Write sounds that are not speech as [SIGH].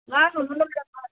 வாங்கக்குள்ள [UNINTELLIGIBLE]